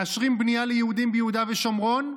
מאשרים בנייה ליהודים ביהודה ושומרון,